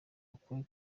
ukuri